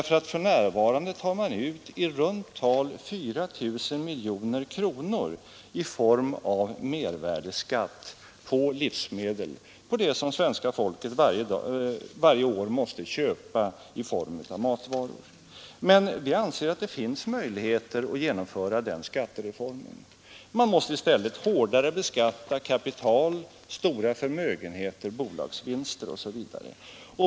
För närvarande tar man nämligen ut i runt tal 4 000 miljoner kronor i form av mervärdeskatt på livsmedel, på de matvaror som svenska folket varje år måste köpa. Men vi anser att det finns möjligheter att genomföra en sådan skattereform. Man måste i stället hårdare beskatta kapital, stora förmögenheter, bolagsvinster osv.